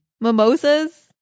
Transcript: mimosas